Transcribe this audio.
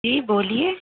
جی بولیے